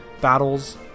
battles